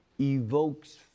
evokes